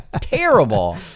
terrible